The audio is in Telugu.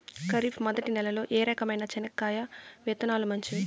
ఖరీఫ్ మొదటి నెల లో ఏ రకమైన చెనక్కాయ విత్తనాలు మంచివి